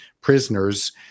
prisoners